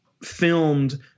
filmed